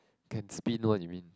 can spin one you mean